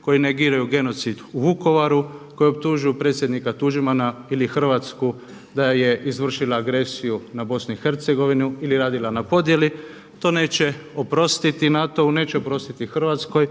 koji negiraju genocid u Vukovaru, koji optužuju predsjednika Tuđmana ili Hrvatsku da je izvršila agresiju na Bosnu i Hercegovinu ili radila na podjeli. To neće oprostiti NATO-u, neće oprostiti Hrvatskoj.